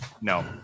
No